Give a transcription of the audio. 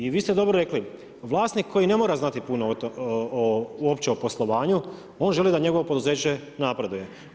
I vi ste dobro rekli, vlasnik koji ne mora znati puno o poslovanju, on želi da njegovo poduzeće napreduje.